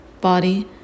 body